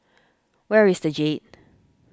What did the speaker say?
where is the Jade